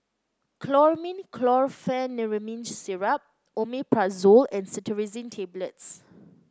Chlormine Chlorpheniramine Syrup Omeprazole and Cetirizine Tablets